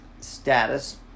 status